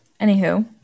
anywho